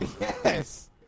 Yes